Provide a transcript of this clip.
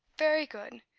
very good.